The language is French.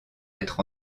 d’être